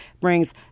brings